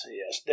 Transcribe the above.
yes